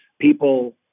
People